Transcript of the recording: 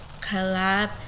collab